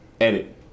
edit